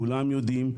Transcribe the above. כולם יודעים,